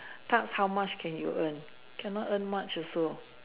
tarts how much can you earn cannot earn much also